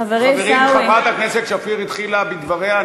חברת הכנסת שפיר התחילה בדבריה,